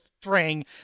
string